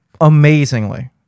Amazingly